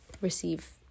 receive